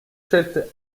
stellte